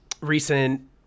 recent